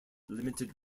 limited